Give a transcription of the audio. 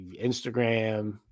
Instagram